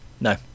No